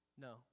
No